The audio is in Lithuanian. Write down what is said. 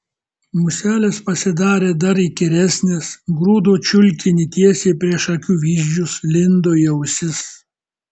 muselės pasidarė dar įkyresnės grūdo čiulkinį tiesiai prieš akių vyzdžius lindo į ausis